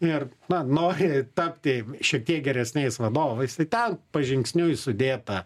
ir na nori tapti šiek tiek geresniais vadovais tai ten pažingsniui sudėta